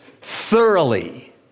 thoroughly